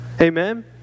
Amen